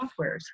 softwares